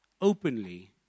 openly